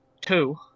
Two –